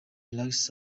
salax